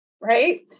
right